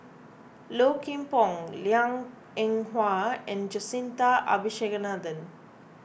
Low Kim Pong Liang Eng Hwa and Jacintha Abisheganaden